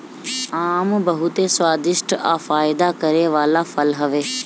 आम बहुते स्वादिष्ठ आ फायदा करे वाला फल हवे